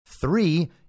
Three